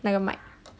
那个麦